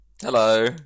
Hello